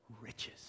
riches